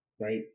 right